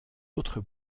autre